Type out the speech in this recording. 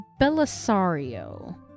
Belisario